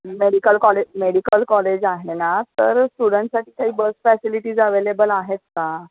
medical college medical college आहे ना तर स्टुडंटसाठी काही बस फॅसिलिटीज अवेलेबल आहेत का